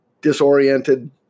disoriented